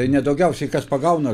tai ne daugiausiai kas pagauna